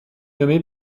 nommé